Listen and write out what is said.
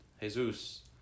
Jesus